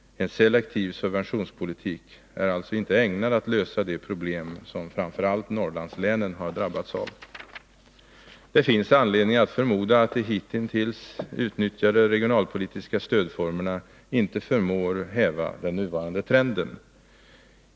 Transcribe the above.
En selektiv subventionspolitik är alltså inte ägnad att lösa de problem som framför allt Norrlandslänen har drabbats av. Det finns anledning att förmoda att de hittills utnyttjade regionalpolitiska stödformerna inte förmår häva den nuvarande trenden.